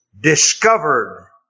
discovered